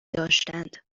داشتند